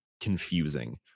confusing